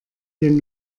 den